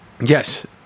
Yes